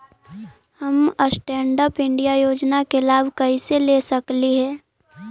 हम stand up India योजना के लाभ कइसे ले सकलिअई हे